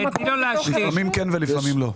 לפעמים כן ולפעמים לא.